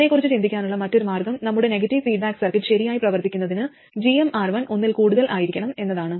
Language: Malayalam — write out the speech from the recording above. ഇതിനെക്കുറിച്ച് ചിന്തിക്കാനുള്ള മറ്റൊരു മാർഗ്ഗം നമ്മുടെ നെഗറ്റീവ് ഫീഡ്ബാക്ക് സർക്യൂട്ട് ശരിയായി പ്രവർത്തിക്കുന്നതിന് gmR1 ഒന്നിൽ കൂടുതൽ ആയിരിക്കണം എന്നതാണ്